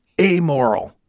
amoral